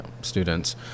students